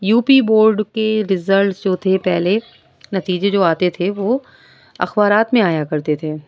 you P board کے results جو تھے پہلے نتیجے جو آتے تھے وہ اخبارات میں آیا کرتے تھے